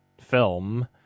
film